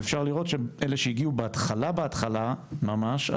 ואפשר לראות שאלה שהגיעו בהתחלה-בהתחלה ממש,